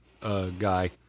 guy